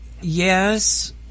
Yes